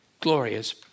glorious